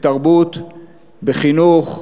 בתרבות, בחינוך,